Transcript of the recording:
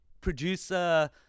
producer